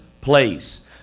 place